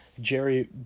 Jerry